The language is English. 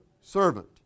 servant